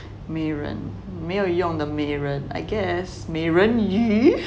美人没有用的美人 i guess 美人鱼